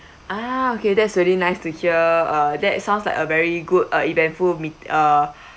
ah okay that's very nice to hear uh that sounds like a very good uh eventful meet~ uh